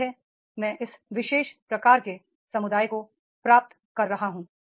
यही है मैं इस विशेष प्रकार के समुदाय को प्राप्त कर रहा हूं